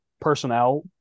personnel